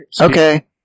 Okay